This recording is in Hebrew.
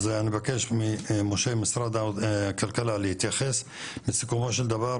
אז אני מבקש ממשה ממשרד הכלכלה להתייחס לסיכומו של דבר,